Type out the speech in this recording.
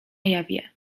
jawie